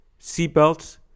Seatbelts